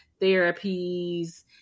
therapies